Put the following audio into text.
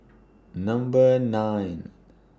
Number nine